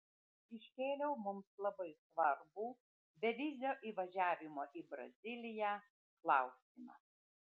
iškėliau mums labai svarbų bevizio įvažiavimo į braziliją klausimą